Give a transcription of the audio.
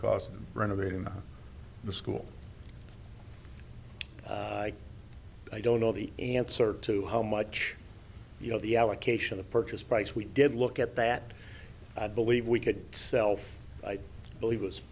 of renovating the school i don't know the answer to how much you know the allocation of purchase price we did look at that i believe we could sell for i believe it